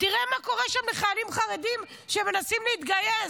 תראה מה קורה שם לחיילים חרדים שמנסים להתגייס.